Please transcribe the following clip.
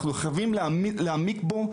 אנחנו חייבים להעמיק בו,